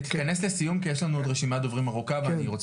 עכשיו